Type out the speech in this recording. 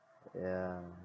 yeah